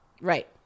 Right